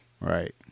right